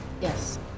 Yes